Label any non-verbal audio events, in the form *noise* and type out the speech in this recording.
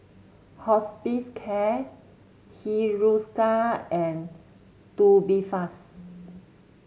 *unintelligible* Hiruscar and Tubifast